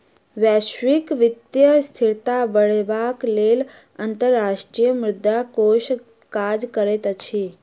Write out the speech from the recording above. वैश्विक वित्तीय स्थिरता बढ़ेबाक लेल अंतर्राष्ट्रीय मुद्रा कोष काज करैत अछि